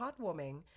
heartwarming